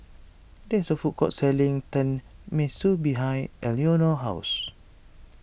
there is a food court selling Tenmusu behind Eleanor's house